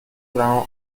brown